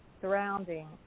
surrounding